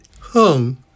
hung